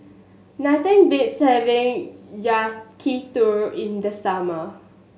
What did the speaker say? nothing beats having Yakitori in the summer